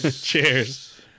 cheers